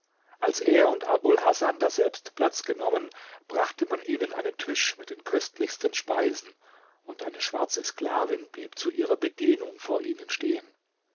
als er und abul hasan daselbst platz genommen brachte man ihnen einen tisch mit den köstlichsten speisen und eine schwarze sklavin blieb zu ihrer bedienung vor ihnen stehen